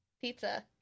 pizza